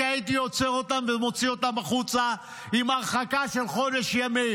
כי הייתי עוצר אותם ומוציא אותם החוצה עם הרחקה של חודש ימים.